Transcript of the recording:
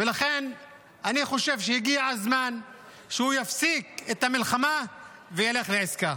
ולכן אני חושב שהגיע הזמן שהוא יפסיק את המלחמה וילך לעסקה.